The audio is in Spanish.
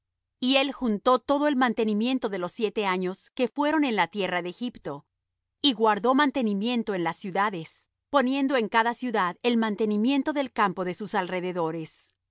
y él juntó todo el mantenimiento de los siete años que fueron en la tierra de egipto y guardó mantenimiento en las ciudades poniendo en cada ciudad el mantenimiento del campo de sus alrededores